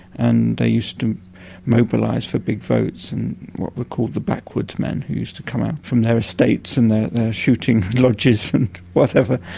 and they used to mobilise for big votes and what were called the backwoods men who used to come up from their estates and their shooting lodges and whatever,